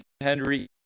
Henry